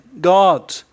God